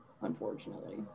unfortunately